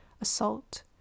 assault